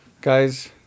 guys